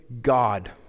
God